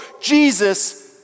Jesus